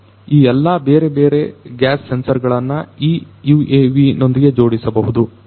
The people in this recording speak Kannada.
ಈ ಎಲ್ಲಾ ಬೇರೆ ಬೇರೆ ಗ್ಯಾಸ್ ಸೆನ್ಸರ್ ಗಳನ್ನು ಈ UAV ನೊಂದಿಗೆ ಜೋಡಿಸಬಹುದು